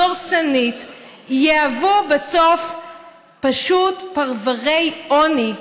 דורסנית יהוו בסוף פשוט פרוורי עוני.